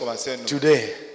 today